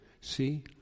See